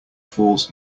falls